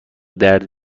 درد